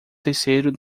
terceiro